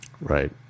right